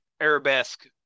Arabesque